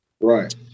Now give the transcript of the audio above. right